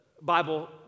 Bible